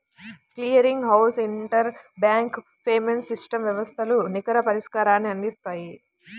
clearing house interbank payments system వ్యవస్థలు నికర పరిష్కారాన్ని అందిత్తాయి